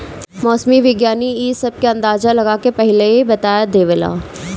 मौसम विज्ञानी इ सब के अंदाजा लगा के पहिलहिए बता देवेला